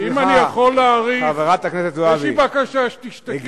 חברת הכנסת זועבי,